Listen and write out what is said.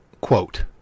quote